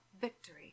victory